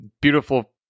beautiful